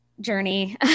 journey